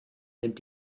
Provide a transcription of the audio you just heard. nimmt